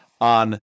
on